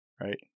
right